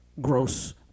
gross